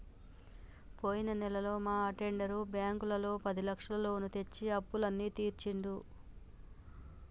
పోయిన నెలలో మా అటెండర్ బ్యాంకులో పదిలక్షల లోను తెచ్చి అప్పులన్నీ తీర్చిండు